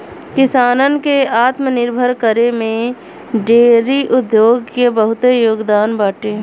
किसानन के आत्मनिर्भर करे में डेयरी उद्योग के बहुते योगदान बाटे